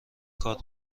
کارو